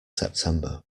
september